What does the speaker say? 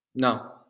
No